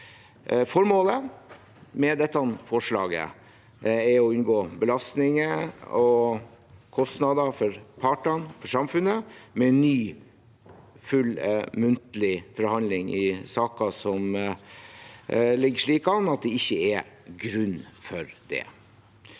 Formålet med dette forslaget er å unngå belastninger og kostnader for partene og for samfunnet med full, ny muntlig forhandling i saker som ligger slik an at det ikke er grunn for det.